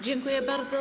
Dziękuję bardzo.